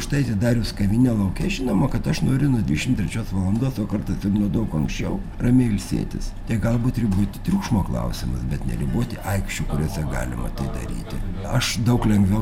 štai atidarius kavinę lauke žinoma kad aš noriu nuo dvidešimt trečios valandos o kartais ir nuo daug anksčiau ramiai ilsėtis tai galbūt riboti triukšmo klausimus bet neriboti aikščių kuriose galima tai daryti aš daug lengviau